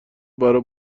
برا